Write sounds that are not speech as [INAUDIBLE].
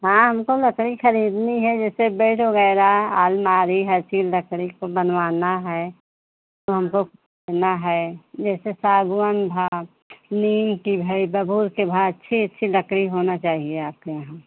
हाँ हमको लकड़ी खरीदनी है जैसे बेड वग़ैरह आलमारी हर चीज़ लकड़ी की बनवानी है तो हमको [UNINTELLIGIBLE] ना है जैसे सागवान [UNINTELLIGIBLE] नीम की [UNINTELLIGIBLE] बबूर की [UNINTELLIGIBLE] अच्छी अच्छी लकड़ी होनी चाहिए आपके यहाँ